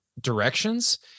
directions